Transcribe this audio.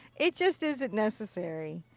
it just isn't necessary.